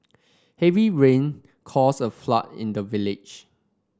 heavy rain caused a flood in the village